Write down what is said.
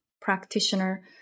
practitioner